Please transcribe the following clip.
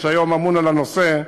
שהיום אמון על הנושא,